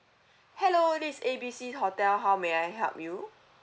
hello this is A B C hotel how may I help you